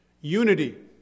unity